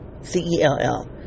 C-E-L-L